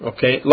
Okay